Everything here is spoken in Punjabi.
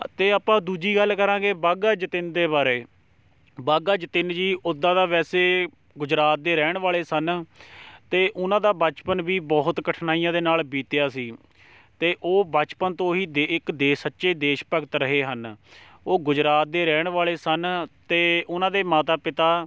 ਅਤੇ ਆਪਾਂ ਦੂਜੀ ਗੱਲ ਕਰਾਂਗੇ ਬਾਘਾ ਜਤਿੰਨ ਦੇ ਬਾਰੇ ਬਾਘਾ ਜਤਿੰਨ ਜੀ ਉੱਦਾਂ ਤਾਂ ਵੈਸੇ ਗੁਜਰਾਤ ਦੇ ਰਹਿਣ ਵਾਲੇ ਸਨ ਅਤੇ ਉਹਨਾਂ ਦਾ ਬਚਪਨ ਵੀ ਬਹੁਤ ਕਠਿਨਾਈਆਂ ਦੇ ਨਾਲ ਬੀਤਿਆ ਸੀ ਅਤੇ ਉਹ ਬਚਪਨ ਤੋਂ ਹੀ ਦੇ ਇੱਕ ਦੇ ਸੱਚੇ ਦੇਸ਼ ਭਗਤ ਰਹੇ ਹਨ ਉਹ ਗੁਜਰਾਤ ਦੇ ਰਹਿਣ ਵਾਲੇ ਸਨ ਅਤੇ ਉਨ੍ਹਾਂ ਦੇ ਮਾਤਾ ਪਿਤਾ